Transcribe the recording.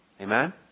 Amen